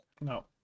No